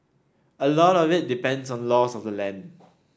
a lot of it depends on laws of the land